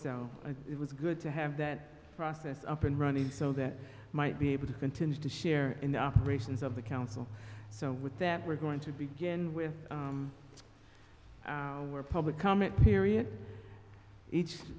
so it was good to have that process up and running so that might be able to continue to share in the operations of the council so with that we're going to begin with we're public comment period each